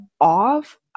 off